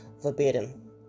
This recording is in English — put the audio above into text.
Forbidden